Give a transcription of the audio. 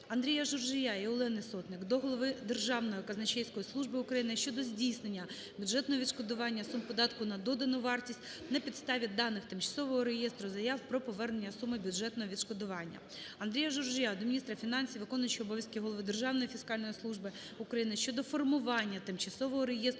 АндріяЖуржія і Олени Сотник до голови Державної казначейської служби України щодо здійснення бюджетного відшкодування сум податку на додану вартість на підставі даних Тимчасового реєстру заяв про повернення суми бюджетного відшкодування. АндріяЖуржія до міністра фінансів, виконуючого обов'язки голови Державної фіскальної служби України щодо формування Тимчасового реєстру